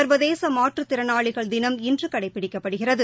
சா்வதேச மாற்றுத்திறனாளிகள் தினம் இன்று கடைபிடிக்கப்படுகிறது